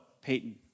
Peyton